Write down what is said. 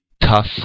tough